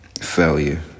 failure